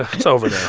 it's over now.